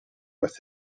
with